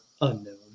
unknown